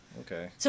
Okay